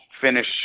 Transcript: finish